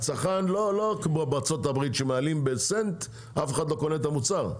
לא כמו בארצות הברית שמעלים בסנט אף אחד לא קונה את המוצר,